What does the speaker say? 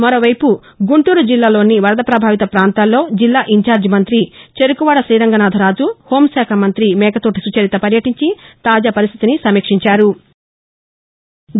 మరోవైపు గుంటూరుజిల్లాలోని వరద ప్రభావిత పాంతాల్లో జిల్లా ఇన్చార్జి మంత్రి చెరుకువాడ శ్రీరంగనాధరాజు హోమ్శాఖ మంత్రి మేకతోటి సుచరిత పర్యటించి తాజా పరిస్థితిని సమీక్షించారు